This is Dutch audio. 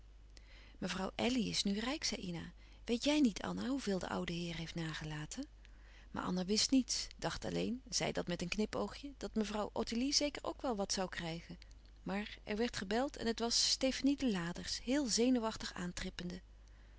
mevrouw elly is nu rijk zei ina weet jij niet anna hoeveel de oude heer heeft nagelaten maar anna wist niets dacht alleen zei dat met een knipoogje dat mevrouw ottilie zeker wel ook wat zoû krijgen maar er werd gebeld en het was stefanie de laders heel zenuwachtig